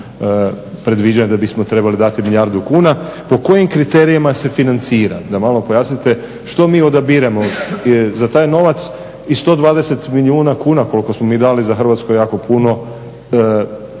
da bismo trebali dati milijardu kuna, po kojim kriterijima se financira? Da malo pojasnite, što mi odabiremo za taj novac? I 120 milijuna kuna koliko smo mi dali za Hrvatsku, jako puno